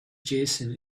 jason